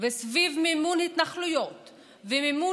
ולישיבות ולחינוך